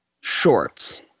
shorts